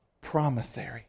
promissory